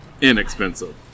inexpensive